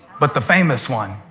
but the famous one,